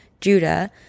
Judah